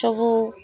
ସବୁ